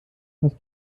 hast